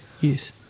yes